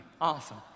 Awesome